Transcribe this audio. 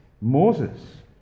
moses